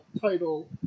title